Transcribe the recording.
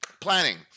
planning